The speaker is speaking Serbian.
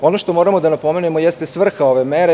Ono što moramo da napomenemo jeste svrha ove mere.